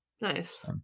Nice